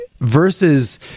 versus